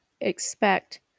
expect